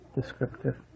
Descriptive